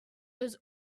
was